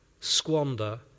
squander